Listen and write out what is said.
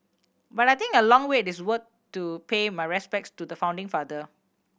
but I think a long wait is worth it to pay my respects to the founding father